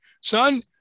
son